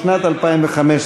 לשנת 2015,